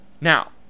Now